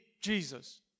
Jesus